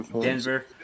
Denver